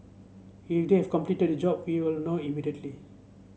if they have completed the job we will know immediately